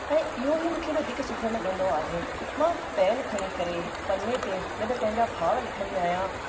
ऐं इहो ई मूंखे वधीक सुठो लॻंदो आहे मां पैन खणी करे पने ते जॾहिं पंहिंजा भाव लिखंदी आहियां